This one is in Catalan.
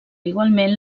igualment